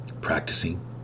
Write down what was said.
practicing